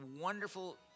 wonderful